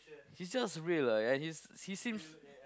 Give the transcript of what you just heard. she's just real ah and he's he seems